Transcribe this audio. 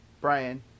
brian